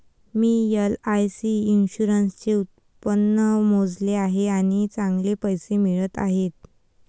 मी LIC इन्शुरन्सचे उत्पन्न मोजले आहे आणि चांगले पैसे मिळत आहेत